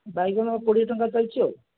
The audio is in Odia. ବାଇଗଣ କୋଡ଼ିଏ ଟଙ୍କା ଚାଲିଛି ଆଉ